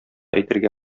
әйтергә